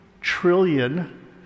trillion